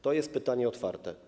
To jest pytanie otwarte.